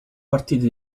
partite